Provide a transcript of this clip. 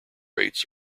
rates